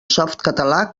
softcatalà